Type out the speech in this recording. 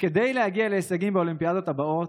שכדי להגיע להישגים באולימפיאדות הבאות